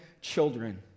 children